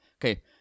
okay